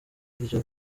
iryo